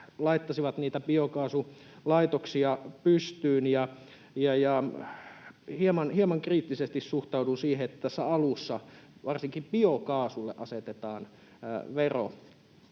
laittaisivat niitä biokaasulaitoksia pystyyn, ja hieman kriittisesti suhtaudun siihen, että tässä alussa varsinkin biokaasulle asetetaan vero.